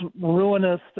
ruinous